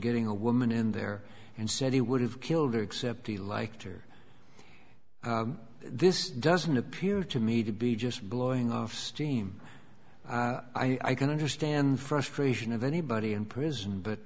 getting a woman in there and said he would have killed her except he liked her this doesn't appear to me to be just blowing off steam i can understand the frustration of anybody in prison but